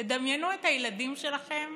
תדמיינו את הילדים שלכם